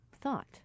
thought